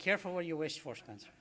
careful what you wish for spence